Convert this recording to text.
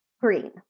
green